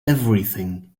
everything